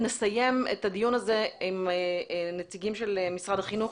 ונסיים את הדיון הזה עם נציגים של משרד החינוך,